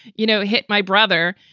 you know, hit my brother.